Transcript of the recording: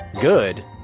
Good